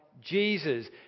Jesus